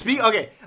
Okay